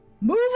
Move